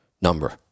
number